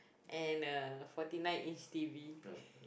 and a Forty Nine inch T_V